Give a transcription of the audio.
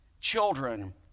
Children